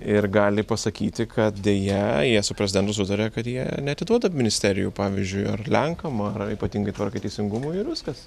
ir gali pasakyti kad deja jie su prezidentu sutaria kad jie neatiduoda ministerijų pavyzdžiui ar lenkam ar ypatingai tvarkai ir teisingumui ir viskas